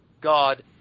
God